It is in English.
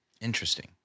Interesting